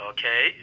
Okay